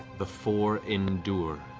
the four endure,